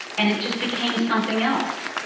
and it just became something else.